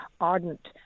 ardent